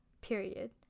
period